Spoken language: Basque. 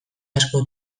asko